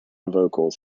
vocals